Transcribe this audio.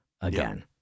again